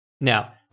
Now